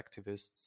activists